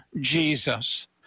Jesus